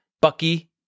Bucky